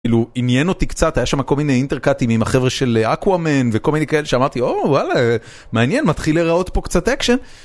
כאילו, עניין אותי קצת, היה שם כל מיני אינטרקטים עם החבר'ה של Aquaman וכל מיני כאלה שאמרתי, אוו, וואלה, מעניין, מתחיל להיראות פה קצת אקשן.